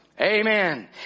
Amen